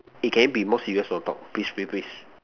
eh can you be more serious for the talk please please please